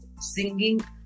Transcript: singing